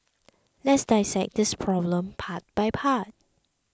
let's dissect this problem part by part